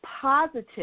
positive